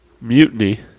Mutiny